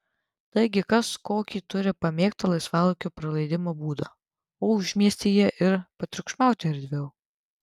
taigi kas kokį turi pamėgtą laisvalaikio praleidimo būdą o užmiestyje ir patriukšmauti erdviau